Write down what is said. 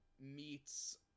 meets